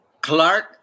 Clark